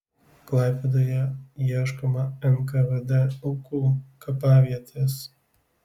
klaipėdoje ieškoma nkvd aukų kapavietės